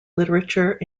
literature